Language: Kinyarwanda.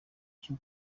cyo